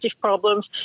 problems